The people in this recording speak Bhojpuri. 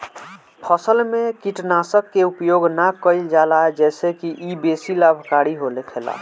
फसल में कीटनाशक के उपयोग ना कईल जाला जेसे की इ बेसी लाभकारी होखेला